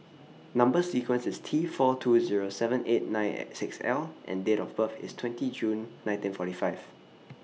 Number sequence IS T four two Zero seven eight nine six L and Date of birth IS twenty June nineteen forty five